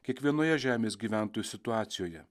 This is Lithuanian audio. kiekvienoje žemės gyventojų situacijoje